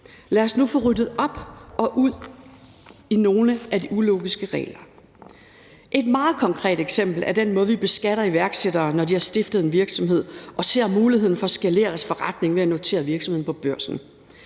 Lad os nu få ryddet op og ud i nogle af de ulogiske regler. Et meget konkret eksempel er den måde, vi beskatter iværksættere på, når de har stiftet en virksomhed og ser muligheden for at skalere deres forretning ved at notere virksomheden på børsen,